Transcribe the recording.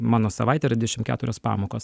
mano savaitė yra dvidešimt keturios pamokos